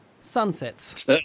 sunsets